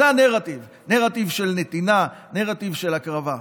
זה הנרטיב, נרטיב של נתינה, נרטיב של הקרבה.